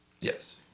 Yes